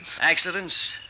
Accidents